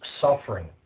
suffering